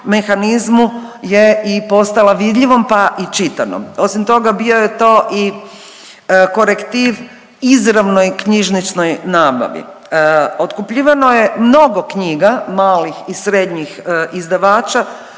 mehanizmu je i postala vidljivom pa i čitanom. Osim toga bio je to i korektiv izravnoj knjižničnoj nabavi. Otkupljivano je mnogo knjiga malih i srednjih izdavača